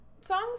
songs